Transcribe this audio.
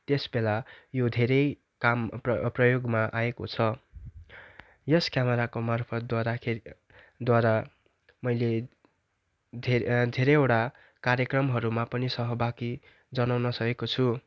त्यसबेला यो धेरै काम प्र प्रयोगमा आएको छ यस क्यामराको मार्फतद्वारा खे द्वारा मैले धे धेरैवटा कार्यक्रमहरूमा पनि सहभागी जनाउन सकेको छु